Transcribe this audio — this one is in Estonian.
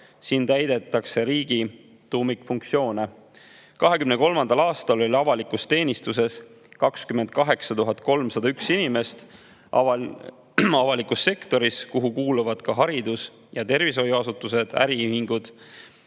kus täidetakse riigi tuumikfunktsioone. 2023. aastal oli avalikus teenistuses 28 301 inimest. Avalikus sektoris, kuhu kuuluvad ka haridus- ja tervishoiuasutused ning äriühingud,